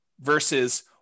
versus